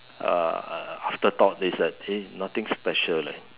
uh after thought is that eh nothing special leh